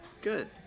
Good